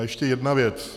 A ještě jedna věc.